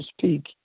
speak